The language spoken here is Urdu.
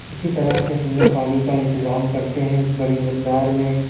اسی طرح سے ہم لوگ پانی کا انتظام کرتے ہیں بڑی مقدار میں